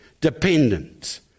dependent